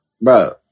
Bro